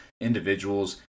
individuals